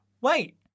Wait